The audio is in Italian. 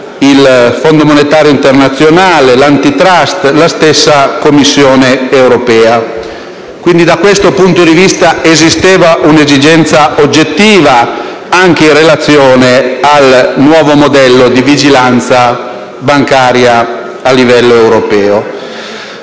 il Fondo monetario internazionale, l'Antitrust e la stessa Commissione europea. Quindi, da questo punto di vista, esisteva un'esigenza oggettiva, anche in relazione al nuovo modello di vigilanza bancaria a livello europeo.